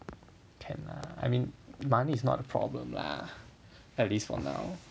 can lah I mean money is not a problem lah at least for now